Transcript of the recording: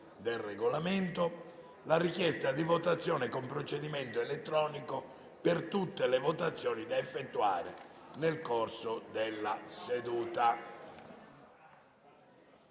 del Regolamento, la richiesta di votazione con procedimento elettronico per tutte le votazioni da effettuare nel corso della seduta.